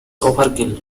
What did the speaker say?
overkill